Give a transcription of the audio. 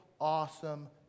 awesome